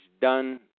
done